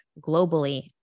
globally